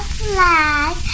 flag